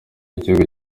igihugu